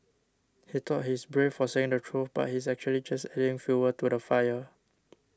he thought he's brave for saying the truth but he's actually just adding fuel to the fire